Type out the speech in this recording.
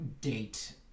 date